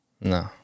No